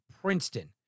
Princeton